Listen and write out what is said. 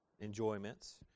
enjoyments